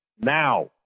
now